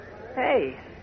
Hey